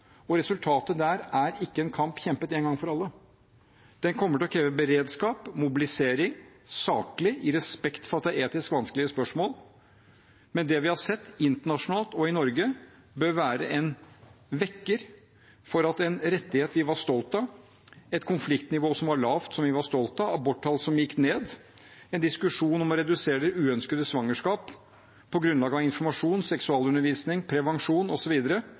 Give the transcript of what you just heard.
og resultatet derfra ikke er en kamp kjempet en gang for alle. Den kommer til å kreve beredskap og mobilisering – saklig, i respekt for at det er etisk vanskelige spørsmål. Men det vi har sett internasjonalt og i Norge, bør være en vekker for en rettighet vi var stolt av, et konfliktnivå som var lavt, som vi var stolt av, aborttall som gikk ned, en diskusjon om å redusere uønskede svangerskap på grunnlag av informasjon, seksualundervisning, prevensjon